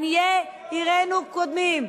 עניי עירנו קודמים.